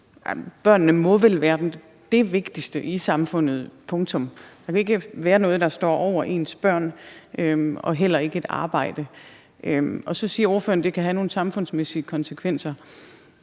Børnene må vel være det vigtigste i samfundet, punktum. Der kan ikke være noget, der står over ens børn – heller ikke et arbejde. Så siger ordføreren, at det kan have nogle samfundsmæssige konsekvenser.